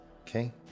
Okay